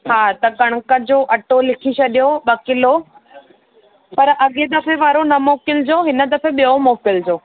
हा त कणिक जो अटो लिखी छॾियो ॿ किलो पर अॻे दफ़े वारो न मोकिलिजो हिन दफ़े ॿियो मोकिलिजो